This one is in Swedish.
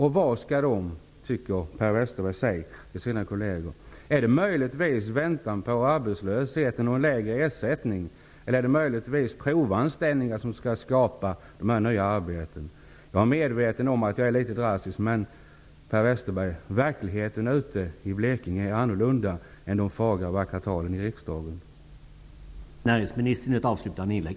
Vad tycker Per Westerberg att de skall säga till sina kolleger? Skall de tala om väntan på arbetslösheten och en lägre ersättning, eller skall de möjligtvis tala om provanställningar som skall skapa nya arbeten? Jag är medveten om att jag är litet drastisk. Men verkligheten i Blekinge är annorlunda än vad de fagra, vackra talen i riksdagen avspeglar, Per